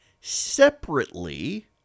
Separately